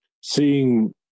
seeing